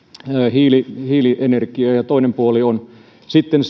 hiilienergiaa ja toinen puoli on sitten